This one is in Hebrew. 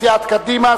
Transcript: סיעת קדימה,